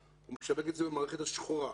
הוא משווק את זה במערכת השחורה.